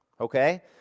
okay